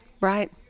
Right